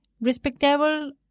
respectable